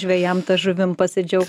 žvejam ta žuvim pasidžiaugt